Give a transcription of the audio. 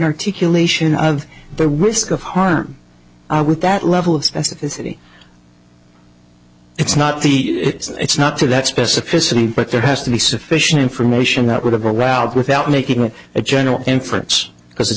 articulation of the risk of harm with that level of specificity it's not the it's not to that specificity but there has to be sufficient information that would have allowed without making a general inference because it's